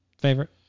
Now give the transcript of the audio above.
favorite